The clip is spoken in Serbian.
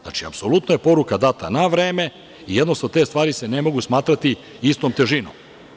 Znači, apsolutno je poruka data na vreme i jednostavno se te stvari ne mogu smatrati istom težinom.